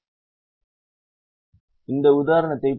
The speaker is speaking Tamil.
எனவே இந்த உதாரணத்தைப் பார்ப்போம்